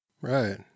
Right